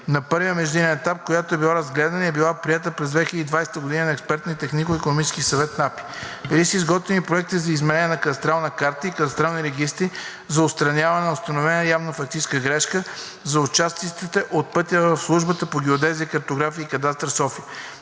На първия междинен етап, която е била разгледана и е била приета през 2020 г. на Експертно технико-икономически съвет на АПИ, или са изготвени проекти за изменение на кадастрална карта и кадастрални регистри за отстраняване на установена явна фактическа грешка за участъците от пътя в Службата по геодезия, картография и кадастър – София.